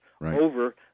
over